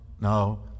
no